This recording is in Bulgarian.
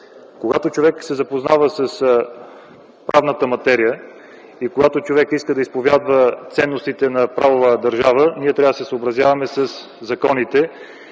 Когато човек се запознава с правната материя и когато човек иска да изповядва ценностите на правовата държава, ние трябва да се съобразяваме със законите.